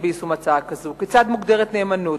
ביישום הצעה כזאת: כיצד מוגדרת נאמנות?